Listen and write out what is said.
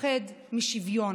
מפחד משוויון.